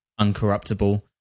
uncorruptible